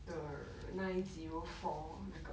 the nine zero four 那个